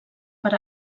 per